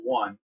one